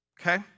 okay